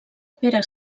pere